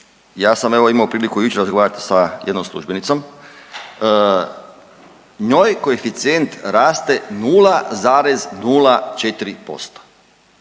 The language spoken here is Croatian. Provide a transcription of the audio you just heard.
ja sam evo imao priliku jučer razgovarati sa jednom službenicom, njoj koeficijent raste 0,04%,